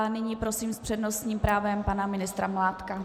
Nyní prosím s přednostním právem pana ministra Mládka.